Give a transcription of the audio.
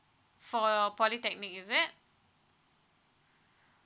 for your polytechnic is it